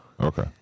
Okay